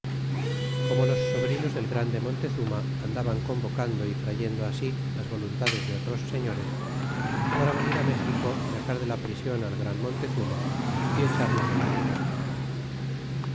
como los sobrinos del grande litontezuma andaban convocando d trayendo si las voluntades de otros señores para venir ludxico y sacar de la prision al gran montezurna y echarnos de n ciudad